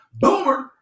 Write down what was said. Boomer